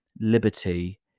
liberty